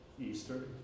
Easter